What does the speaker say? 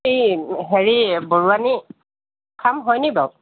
এই হেৰি বৰুৱানী ফাৰ্ম হয়নি বাৰু